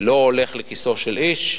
לא הולכות לכיסו של איש,